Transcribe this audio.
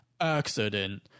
accident